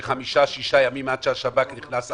שחלפו חמישה שישה ימים עד שהשב"כ נכנס,